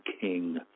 king